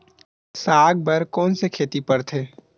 साग बर कोन से खेती परथे?